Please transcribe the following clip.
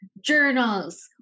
journals